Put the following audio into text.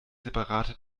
separate